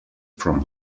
from